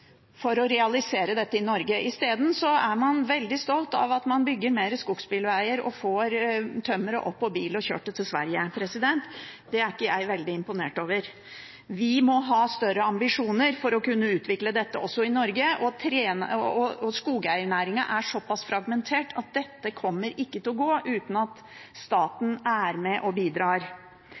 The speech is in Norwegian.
for å realisere dette i Norge. Isteden er man veldig stolt av at man bygger flere skogsbilveger og får tømmeret opp på bil og kjørt det til Sverige. Det er ikke jeg veldig imponert over. Vi må ha større ambisjoner for å kunne utvikle dette også i Norge, og skognæringen er såpass fragmentert at dette kommer ikke til å gå uten at staten er med og bidrar.